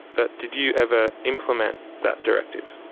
but did you ever implement that directive?